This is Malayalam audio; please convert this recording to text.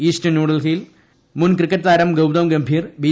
ഈസ്റ്റ് ഡൽഹിയിൽ മുൻ ക്രിക്കറ്റ് താരം ഗൌതം ഗംഭീർ ബി